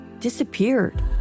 disappeared